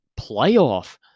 playoff